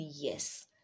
yes